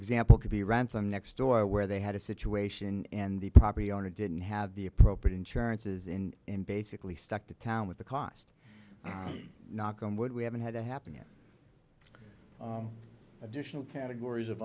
example could be ransomed next door where they had a situation and the property owner didn't have the appropriate insurances in and basically stuck to town with the cost knock on wood we haven't had to happen yet additional categories of